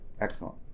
Excellent